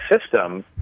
system